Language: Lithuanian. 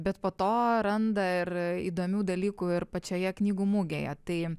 bet po to randa ir įdomių dalykų ir pačioje knygų mugėje tai